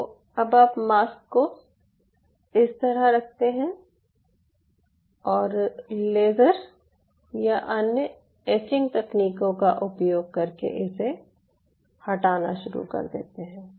तो अब आप मास्क को इस तरह रखते हैं और लेजर या अन्य एचिंग तकनीकों का उपयोग कर के इसे हटाना शुरू कर देते हैं